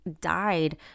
died